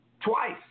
twice